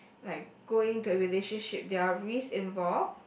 like going to a relationship there are risk involved